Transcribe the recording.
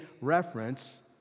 reference